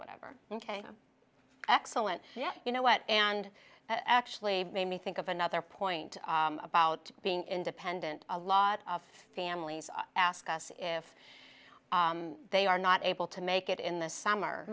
whatever ok excellent yet you know what and actually made me think of another point about being independent a lot of families ask us if they are not able to make it in the summer